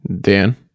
Dan